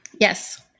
Yes